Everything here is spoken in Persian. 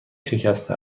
شکسته